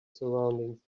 surroundings